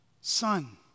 Son